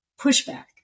pushback